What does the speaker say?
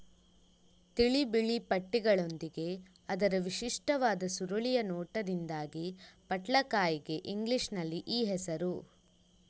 ತಿಳಿ ಬಿಳಿ ಪಟ್ಟೆಗಳೊಂದಿಗೆ ಅದರ ವಿಶಿಷ್ಟವಾದ ಸುರುಳಿಯ ನೋಟದಿಂದಾಗಿ ಪಟ್ಲಕಾಯಿಗೆ ಇಂಗ್ಲಿಷಿನಲ್ಲಿ ಈ ಹೆಸರು